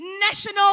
national